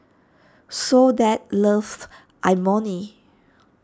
Soledad loves Imoni